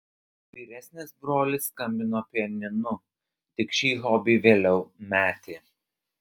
vyresnis brolis skambino pianinu tik šį hobį vėliau metė